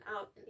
out